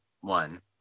one